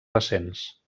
recents